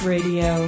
Radio